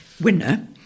winner